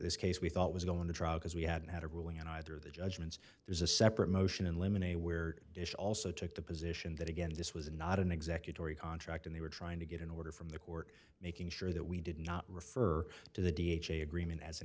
this case we thought was going to trial because we hadn't had a ruling on either the judgments there's a separate motion in limine a where it also took the position that again this was not an executor or a contract and they were trying to get an order from the court making sure that we did not refer to the d h agreement as an